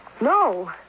No